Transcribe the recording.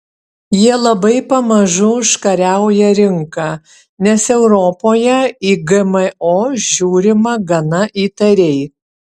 jie labai pamažu užkariauja rinką nes europoje į gmo žiūrima gana įtariai